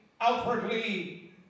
outwardly